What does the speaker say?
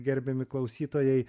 gerbiami klausytojai